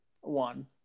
one